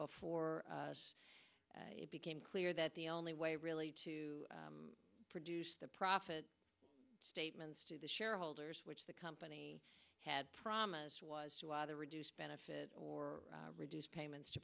before us it became clear that the only way really to produce the profit statements to the shareholders which the company had promised was to either reduce benefits or reduce payments to